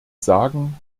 sagen